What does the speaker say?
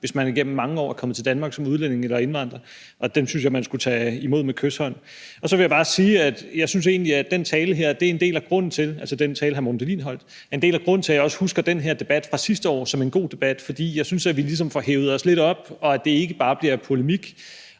hvis man er kommet til Danmark som udlænding eller indvandrer, og den synes jeg man skulle tage imod med kyshånd. Så vil jeg bare sige, at jeg egentlig synes, at den tale, hr. Morten Dahlin her holdt, er en del af grunden til, at jeg også husker den her debat fra sidste år som en god debat, for jeg synes, at vi ligesom får hevet os lidt op, og at det ikke bare bliver polemik.